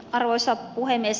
arvoisa puhemies